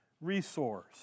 resource